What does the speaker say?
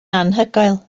anhygoel